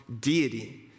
deity